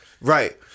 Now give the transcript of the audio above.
right